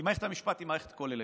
כי מערכת המשפט היא מערכת כוללת.